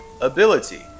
ability